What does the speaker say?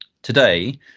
Today